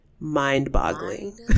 mind-boggling